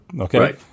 okay